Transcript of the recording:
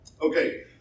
Okay